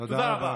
תודה רבה.